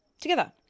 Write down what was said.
together